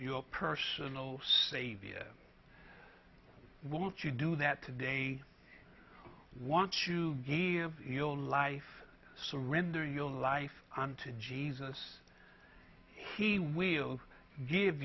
your personal savior what you do that today want to give your life surrendering your life to jesus he will give